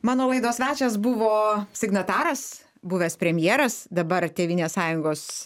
mano laidos svečias buvo signataras buvęs premjeras dabar tėvynės sąjungos